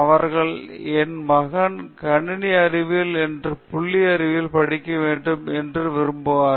அவர்கள் என் மகன் கணினி அறிவியல் அல்லது புள்ளிவிவரங்கள் படிக்க வேண்டும் என்று விரும்புவார்கள்